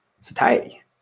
satiety